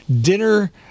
dinner